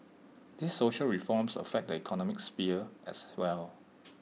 these social reforms affect the economic sphere as well